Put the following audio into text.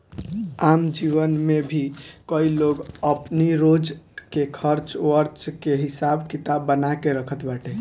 आम जीवन में भी कई लोग अपनी रोज के खर्च वर्च के हिसाब किताब बना के रखत बाटे